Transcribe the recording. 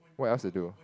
what else to do